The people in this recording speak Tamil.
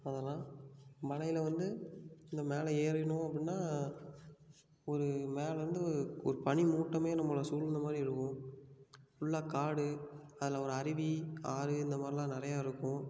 அதல்லாம் மலையில் வந்து அந்த மேலே ஏறினோம் அப்புடின்னா ஒரு மேலேருந்து ஒரு பனிமூட்டம் நம்மளை சூழ்ந்தமாதிரி இருக்கும் ஃபுல்லாக காடு அதில் ஒரு அருவி ஆறு இந்த மாதிரிலாம் நிறையா இருக்கும்